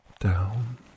down